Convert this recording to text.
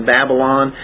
Babylon